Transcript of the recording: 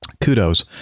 kudos